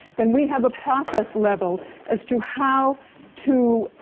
then we have a process level as to how to